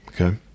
Okay